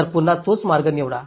तर पुन्हा तोच मार्ग निवडा